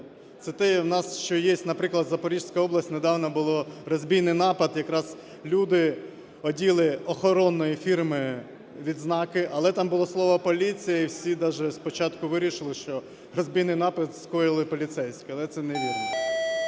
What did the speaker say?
Це те, що у нас є, наприклад, Запорізька область. Недавно був розбійний напад. Якраз люди одягли охоронної фірми відзнаки, але там було слово "поліція" і всі даже спочатку вирішили, що розбійний напад скоїли поліцейські. Але це невірно.